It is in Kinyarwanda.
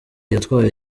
yatwaye